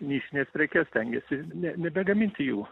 nišines prekes stengiasi ne nebegaminti jų